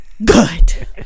good